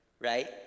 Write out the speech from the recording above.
right